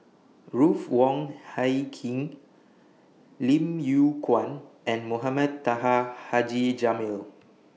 Ruth Wong Hie King Lim Yew Kuan and Mohamed Taha Haji Jamil